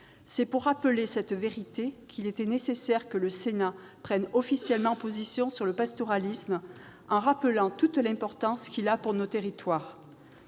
C'est pour rappeler cette vérité qu'il était nécessaire que le Sénat prenne officiellement position sur le pastoralisme en rappelant toute l'importance qu'il a pour nos territoires.